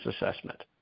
assessment